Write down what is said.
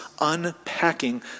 unpacking